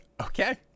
Okay